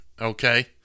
okay